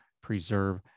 preserve